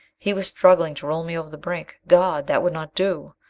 he was struggling to roll me over the brink. god, that would not do!